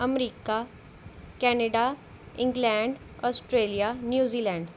America Canada England Australia New Zealand